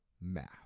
math